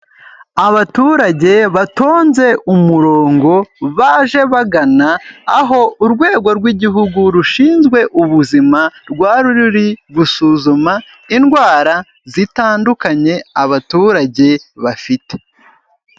Abaturage batonze umurongo, baje bagana aho urwego rw'igihugu rushinzwe ubuzima, rwari ruri gusuzuma indwara zitandukanye, abaturage bafite.